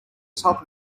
top